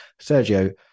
Sergio